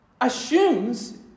assumes